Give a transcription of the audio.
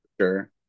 sure